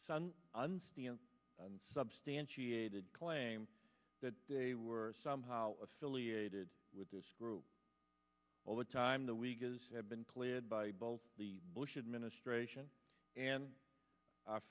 and unsubstantiated claim that they were somehow affiliated with this group all the time the week has been cleared by both the bush administration and our